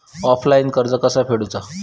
Offline कर्ज कसा फेडूचा?